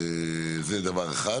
זה דבר אחד.